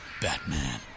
Batman